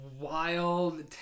wild